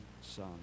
Son